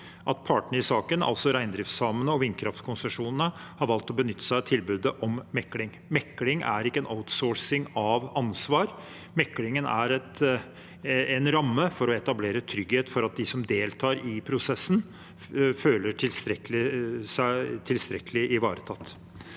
at partene i saken, altså reindriftssamene og vindkraftkonsesjonærene, har valgt å benytte seg av tilbudet om mekling. Mekling er ikke en outsourcing av ansvar. Meklingen er en ramme for å etablere trygghet for at de som deltar i prosessen, føler seg tilstrekkelig ivaretatt.